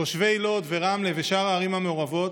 תושבי לוד ורמלה ושאר הערים המעורבות